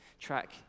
track